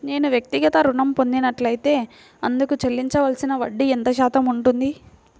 నేను వ్యక్తిగత ఋణం పొందినట్లైతే అందుకు చెల్లించవలసిన వడ్డీ ఎంత శాతం ఉంటుంది?